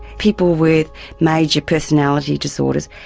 people with major personality disorders,